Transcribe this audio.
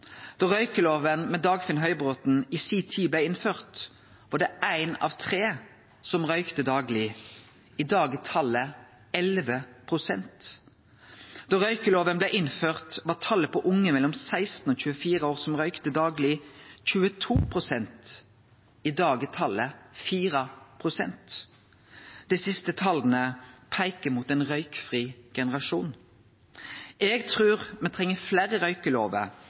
Da røykjeloven i si tid blei innført – under Dagfinn Høybråten – var det ein av tre som røykte dagleg. I dag er talet 11 pst. Da røykjeloven blei innført, var talet på unge mellom 16 og 24 år som røykte dagleg, 22 pst. I dag er talet 4 pst. Dei siste tala peiker mot ein røykfri generasjon. Eg trur